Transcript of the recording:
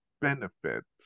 benefits